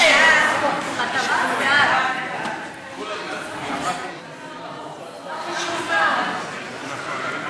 הארכת התקופה להגשת בקשה לרישום פסק-דין שניתן לפני יום התחילה),